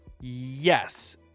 yes